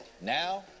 Now